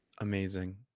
Amazing